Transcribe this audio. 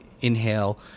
inhale